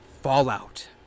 Fallout